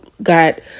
got